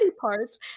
parts